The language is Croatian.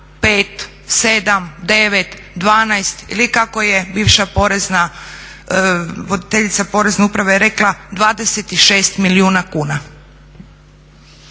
dvanaest ili kako je bivša porezna, voditeljica Porezne uprave rekla 26 milijuna kuna.